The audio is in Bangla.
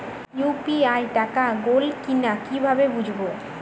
ইউ.পি.আই টাকা গোল কিনা কিভাবে বুঝব?